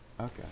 Okay